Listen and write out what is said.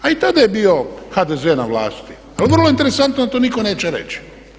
A i tada je bio HDZ na vlasti, pa vrlo interesantno da to nitko neće reći.